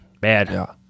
Bad